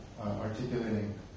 articulating